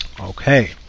Okay